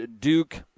duke